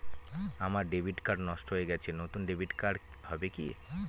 আমার debit card নষ্ট হয়ে গেছে নূতন ডেবিট কার্ড হবে কি?